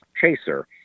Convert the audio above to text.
chaser